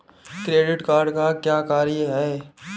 Credit card का क्या कार्य है?